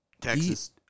Texas